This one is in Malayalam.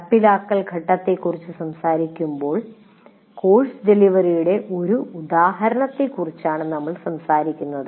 നടപ്പാക്കൽ ഘട്ടത്തെക്കുറിച്ച് സംസാരിക്കുമ്പോൾ കോഴ്സ് ഡെലിവറിയുടെ ഒരു ഉദാഹരണത്തെക്കുറിച്ചാണ് നമ്മൾ സംസാരിക്കുന്നത്